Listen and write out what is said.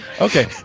okay